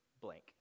blank